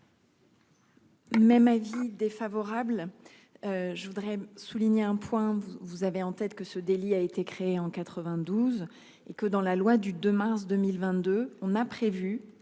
Même avis défavorable. Je voudrais souligner un point, vous, vous avez en tête que ce délit a été créé en 92 et que dans la loi du 2 mars 2022. On a prévu